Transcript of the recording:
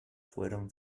fueron